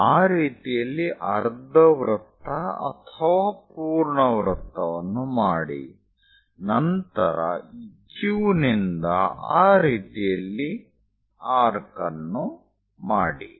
ಆ ರೀತಿಯಲ್ಲಿ ಅರ್ಧವೃತ್ತ ಅಥವಾ ಪೂರ್ಣ ವೃತ್ತವನ್ನು ಮಾಡಿ ನಂತರ ಈ Q ನಿಂದ ಆ ರೀತಿಯಲ್ಲಿ ಆರ್ಕ್ ಅನ್ನು ಮಾಡಿ